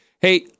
Hey